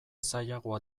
zailagoa